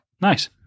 Nice